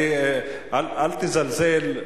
אל תזלזל,